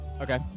Okay